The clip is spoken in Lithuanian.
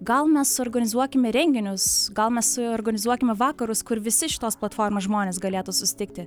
gal mes suorganizuokime renginius gal mes suorganizuokime vakarus kur visi šitos platformos žmonės galėtų susitikti